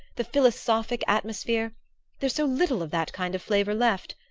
the philosophic atmosphere there's so little of that kind of flavor left!